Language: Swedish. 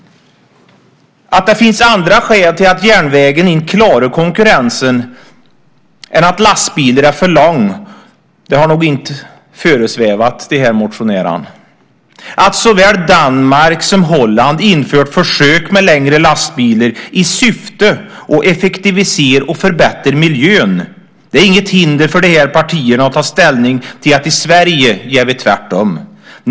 Att det finns andra skäl till att järnvägen inte klarar konkurrensen än att lastbilar är för långa har nog inte föresvävat de här motionärerna. Att såväl Danmark som Holland infört försök med längre lastbilar i syfte att effektivisera och förbättra miljön är inget hinder för de här partierna att ta ställning för att vi i Sverige gör tvärtom.